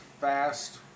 fast